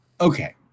Okay